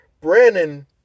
Brandon